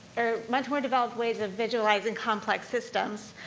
or much more developed ways of visualizing complex systems,